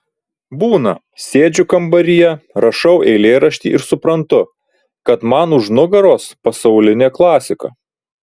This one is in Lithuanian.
būna sėdžiu kambaryje rašau eilėraštį ir suprantu kad man už nugaros pasaulinė klasika